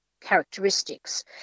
characteristics